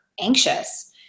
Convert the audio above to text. anxious